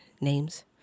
names